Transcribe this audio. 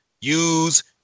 use